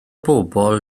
bobl